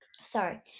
sorry